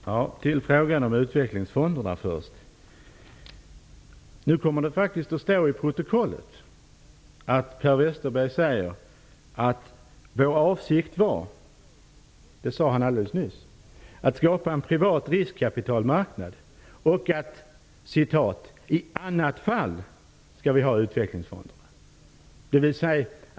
Fru talman! Först beträffande frågan om utvecklingsfonderna: Det kommer nu faktiskt att stå i protokollet att Per Westerberg för en stund sedan sade att regeringens avsikt var att skapa en privat riskkapitalmarknad och att man ''i annat fall'' skulle ha utvecklingsfonder.